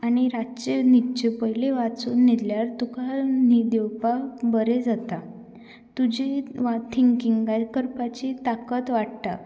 आनी रातचें न्हिदचें पयली वाचून न्हिदल्यार तुका न्हिद येवपाक बरें जाता तुजी थिकिंग करपाची ताकत वाडटा